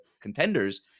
contenders